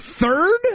third